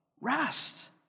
rest